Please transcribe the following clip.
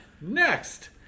next